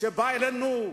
שבא אלינו,